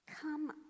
come